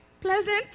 pleasant